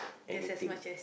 anything